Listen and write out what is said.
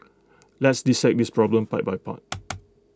let's dissect this problem part by part